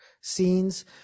scenes